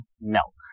milk